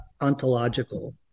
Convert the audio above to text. ontological